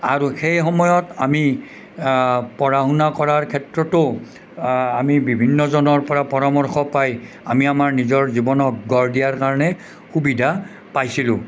আৰু সেই সময়ত আমি পঢ়া শুনা কৰাৰ ক্ষেত্ৰতো আমি বিভিন্ন জনৰ পৰা পৰামৰ্শ পাই আমি আমাৰ নিজৰ জীৱনক গঢ় দিয়াৰ কাৰণে সুবিধা পাইছিলোঁ